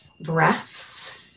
breaths